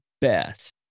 Best